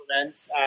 events